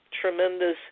tremendous